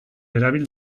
erabil